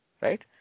right